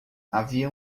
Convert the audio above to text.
havia